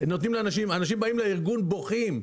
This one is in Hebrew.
נותנים לאנשים אנשים באים לארגון בוכים.